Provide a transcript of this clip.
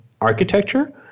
architecture